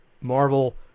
Marvel